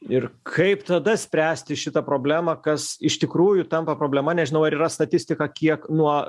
ir kaip tada spręsti šitą problemą kas iš tikrųjų tampa problema nežinau ar yra statistika kiek nuo